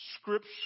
Scripture